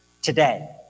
Today